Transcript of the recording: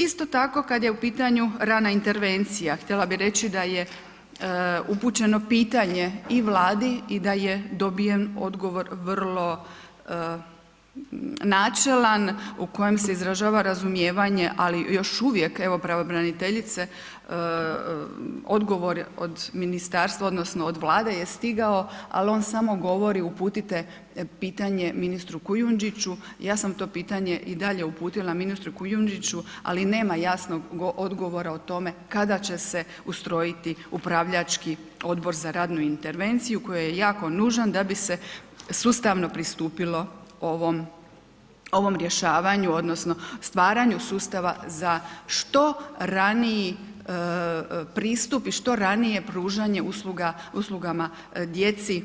Isto tako kad je u pitanju rana intervencija, htjela bi reći da je upućeno pitanje i Vladi i da je dobiven odgovor vrlo načelan u koje se izražava razumijevanje ali još uvije, evo pravobraniteljice, odgovor od ministarstva odnosno Vlade je stigao ali on samo govori uputite pitanje ministru Kujundžiću, ja sam to pitanje i dalje uputila ministru Kujundžiću ali nema jasnog odgovora o tome kada će se ustrojiti upravljački odbor za radnu intervenciju koji je jako nužan da bi se sustavno pristupilo ovom rješavanju odnosno stvaranju sustava za što raniji pristupu i što ranije pružanje uslugama djeci